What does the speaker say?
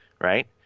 right